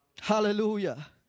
Hallelujah